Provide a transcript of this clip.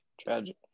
Tragic